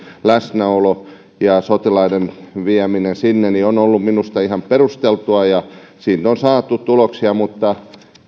läsnäolo ja sotilaiden vieminen sinne on ollut minusta ihan perusteltua on on saatu tuloksia mutta